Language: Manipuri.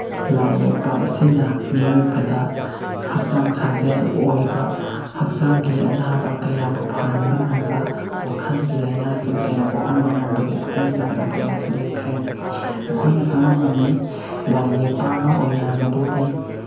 ꯂꯥꯏ ꯌꯦꯛꯄ ꯑꯁꯤꯅ ꯃꯤꯑꯣꯏꯕꯗ ꯍꯛꯆꯥꯡ ꯁꯥꯖꯦꯜ ꯑꯣꯏꯕ ꯍꯛꯆꯥꯡꯒꯤ ꯑꯅꯥꯕ ꯀꯌꯥꯕꯨ ꯐꯍꯟꯕ ꯉꯝꯕ ꯋꯥꯈꯜꯒꯤ ꯂꯩꯅꯥꯁꯤꯡ ꯀꯌꯥ ꯀꯣꯛꯍꯟꯕ ꯉꯝꯕꯒꯤ ꯈꯨꯗꯝ ꯆꯥꯡꯗꯝ ꯀꯌꯥꯁꯨ ꯂꯩꯈ꯭ꯔꯦ ꯑꯩꯈꯣꯏꯅ ꯈꯪꯕ ꯉꯝꯃꯤ ꯂꯥꯏ ꯌꯦꯛꯄ ꯑꯃ ꯑꯣꯏꯅ ꯃꯗꯨꯗꯤ